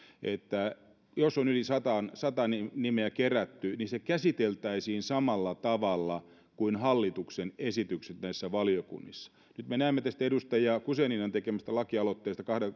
että jos on yli sata nimeä kerätty niin se käsiteltäisiin samalla tavalla kuin hallituksen esitykset valiokunnissa nyt me näemme tästä edustaja guzeninan tekemästä lakialoitteesta